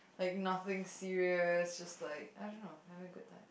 like nothing serious just like I don't know having a good time